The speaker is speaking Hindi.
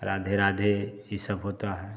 राधे राधे ये सब होता है